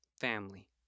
family